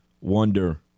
wonder